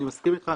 אני מסכים איתך.